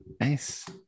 Nice